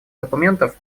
документов